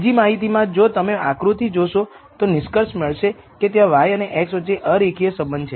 બીજી માહિતી માં જો તમે આકૃતિ જોશો તો નિષ્કર્ષ મળશે કે ત્યાં y અને x વચ્ચે અરેખીય સંબંધ છે